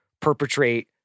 perpetrate